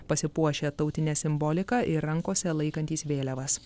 pasipuošę tautine simbolika ir rankose laikantys vėliavas